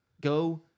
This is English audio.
Go